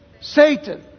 Satan